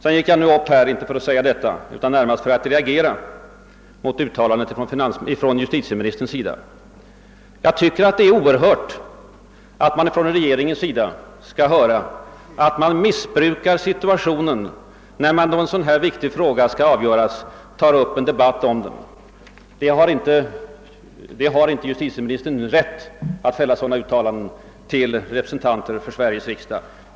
Jag gick emellertid inte upp för att säga detta utan närmast för att reagera mot uttalandet från justitieministerns sida. Jag tycker att det är oerhört att man från regeringens sida skall få höra att man »missbrukar situationen», när man, då en så här viktig fråga skall avgöras, tar upp en debatt. Justitieministern har inte rätt att göra sådana uttalanden till representanter för Sveriges riksdag.